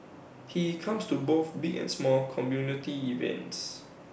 he comes to both big and small community events